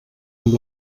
amb